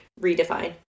redefine